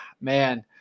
man